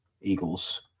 Eagles